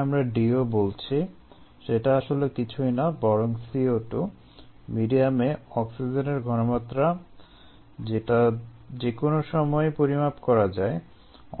যেটাকে আমরা DO বলছি সেটা আসলে কিছুই না বরং CO2 মিডিয়ামে অক্সিজেনের ঘনমাত্রা যেটা যেকোনো সময়েই পরিমাপ করা যায়